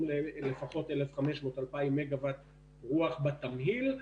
ללפחות 1,500 עד 2,000 מגה-וואט רוח בתמהיל.